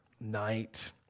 night